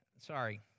Sorry